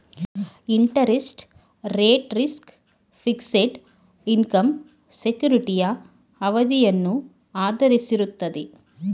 interest rate risk, fixed income ಸೆಕ್ಯೂರಿಟಿಯ ಅವಧಿಯನ್ನು ಆಧರಿಸಿರುತ್ತದೆ